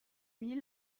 mille